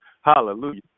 hallelujah